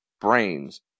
brains